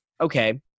Okay